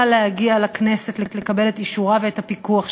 להגיע לכנסת לקבל את אישורה ואת הפיקוח שלה,